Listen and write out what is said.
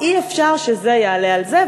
אי-אפשר שזה יעלה על זה,